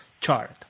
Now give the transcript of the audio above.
chart